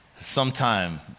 sometime